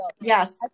Yes